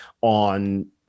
on